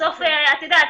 בסוף את יודעת,